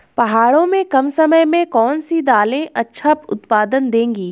पहाड़ों में कम समय में कौन सी दालें अच्छा उत्पादन देंगी?